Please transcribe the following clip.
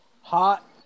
hot